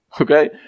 Okay